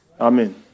Amen